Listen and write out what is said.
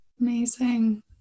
Amazing